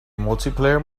multiplayer